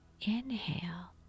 inhale